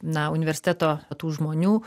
na universiteto tų žmonių